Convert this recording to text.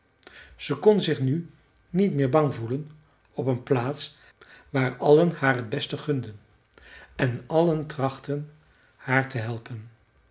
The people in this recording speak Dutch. ze kon zich nu niet meer bang voelen op een plaats waar allen haar t beste gunden en allen trachtten haar te helpen